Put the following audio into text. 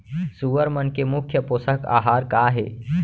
सुअर मन के मुख्य पोसक आहार का हे?